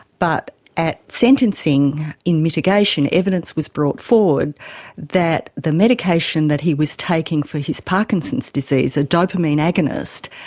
but at sentencing in mitigation, evidence was brought forward that the medication that he was taking for his parkinson's disease, a dopamine agonist,